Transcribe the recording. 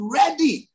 ready